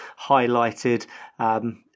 highlighted